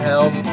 Help